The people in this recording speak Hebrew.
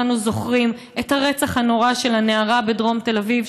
כולנו זוכרים את הרצח הנורא של הנערה בדרום תל אביב,